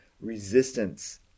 resistance